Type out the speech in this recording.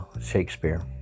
Shakespeare